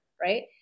Right